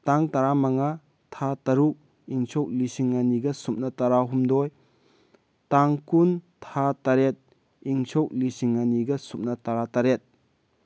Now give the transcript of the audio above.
ꯇꯥꯡ ꯇꯔꯥ ꯃꯉꯥ ꯊꯥ ꯇꯔꯨꯛ ꯏꯪ ꯁꯣꯛ ꯂꯤꯁꯤꯡ ꯑꯅꯤꯒ ꯁꯨꯞꯅ ꯇꯔꯥꯍꯨꯝꯗꯣꯏ ꯇꯥꯡ ꯀꯨꯟ ꯊꯥ ꯇꯔꯦꯠ ꯏꯪ ꯁꯣꯛ ꯂꯤꯁꯤꯡ ꯑꯅꯤꯒ ꯁꯨꯞꯅ ꯇꯔꯥ ꯇꯔꯦꯠ